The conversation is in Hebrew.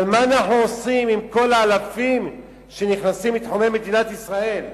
אבל מה אנחנו עושים עם כל האלפים שנכנסים לתחומי מדינת ישראל?